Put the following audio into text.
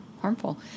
harmful